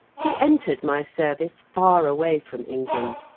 he entered my service, far away from england.